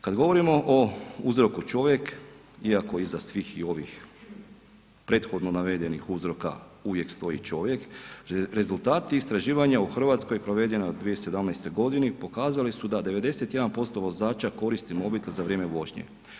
Kad govorimo o uzroku, čovjek, iako iza svih ovih prethodno navedenih uzroka uvijek stoji čovjek, rezultati istraživanja u Hrvatskoj provedeni u 2017. g. pokazali su da 91% vozača koristi mobitel za vrijeme vožnje.